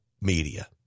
media